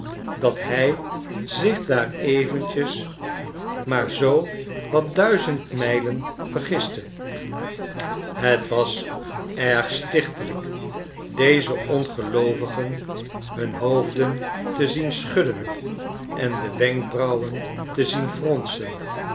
dat hij zich daar eventjes maar zoo wat duizend mijlen vergiste het was erg stichtelijk deze ongeloovigen hun hoofden te zien schudden en de wenkbrauwen te zien fronsen